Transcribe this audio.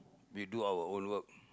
we do our own work